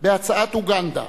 בהצעת אוגנדה,